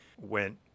went